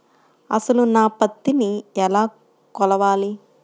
అసలు నా పత్తిని ఎలా కొలవాలి?